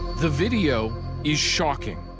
the video is shocking.